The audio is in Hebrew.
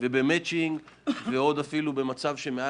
במצ'ינג - מי